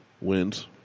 wins